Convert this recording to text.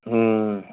ꯎꯝ